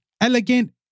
elegant